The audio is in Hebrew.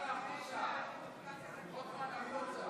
אדוני היושב-ראש, אני אשמח להגנה מפני הפרעות.